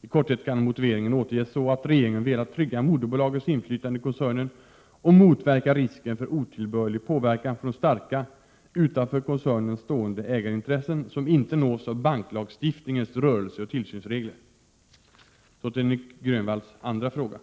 I korthet kan motiveringen återges så, att regeringen velat trygga moderbolagets inflytande i koncernen och motverka risken för otillbörlig påverkan från starka, utanför koncernen stående ägarintressen, som inte nås av banklagstiftningens rörelseoch tillsynsregler. Så till Nic Grönvalls andra fråga.